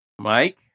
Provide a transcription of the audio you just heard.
Mike